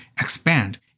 expand